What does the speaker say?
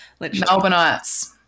Melbourneites